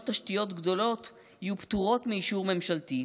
תשתיות גדולות יהיו פטורות מאישור ממשלתי.